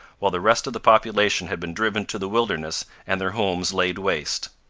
while the rest of the population had been driven to the wilderness and their homes laid waste.